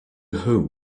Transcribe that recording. whom